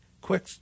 Quick